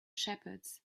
shepherds